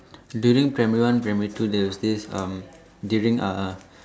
during primary one primary two there is this um during a'ah